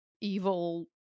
evil